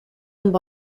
amb